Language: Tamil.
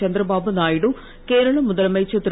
சந்திரபாபு நாயுடு கேரள முதலமைச்சர் திரு